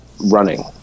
Running